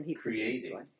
creating